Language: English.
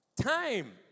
Time